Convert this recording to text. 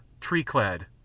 tree-clad